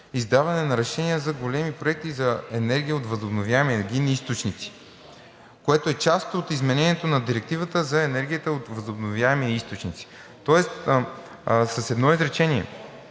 издаване на решения за големи проекти за енергия от възобновяеми енергийни източници, което е част от изменението на Директивата от възобновяеми енергийни източници. Тоест, с едно изречение.